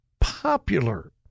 popular